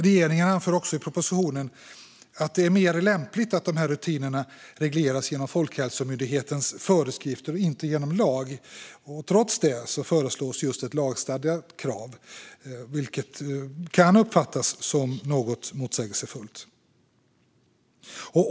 Regeringen anför också i propositionen att det är mer lämpligt att dessa rutiner regleras genom Folkhälsomyndighetens föreskrifter och inte genom lag. Trots det föreslås just ett lagstadgat krav, vilket kan uppfattas som något motsägelsefullt.